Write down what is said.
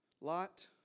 Lot